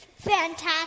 fantastic